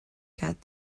got